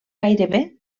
gairebé